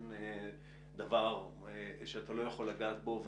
אין דבר שאתה לא יכול לגעת בו.